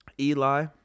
Eli